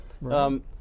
Right